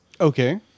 Okay